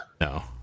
No